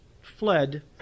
fled